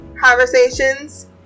conversations